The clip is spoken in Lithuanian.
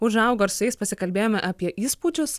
užaugo ir su jais pasikalbėjome apie įspūdžius